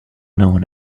known